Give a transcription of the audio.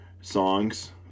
songs